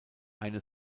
eine